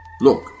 Look